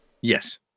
Yes